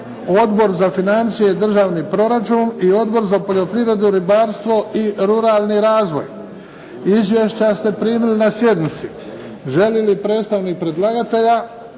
Odbor za financije i državni proračun, i Odbor za poljoprivredu, ribarstvo i ruralni razvoj. Izvješća ste primili na sjednici. Želi li predstavnik predlagatelja